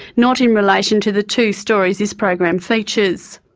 not in relation to the two stories this program features.